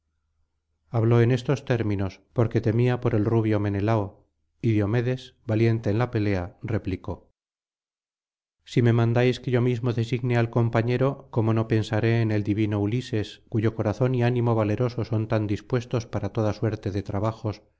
habló en estos términos porque temía por el rubio menelao y diomedes valiente en la pelea replicó si me mandáis que yo mismo designe el compañero cómo no pensaré en el divino ulises cuyo corazón y ánimo valeroso son tan dispuestos para toda suerte de trabajos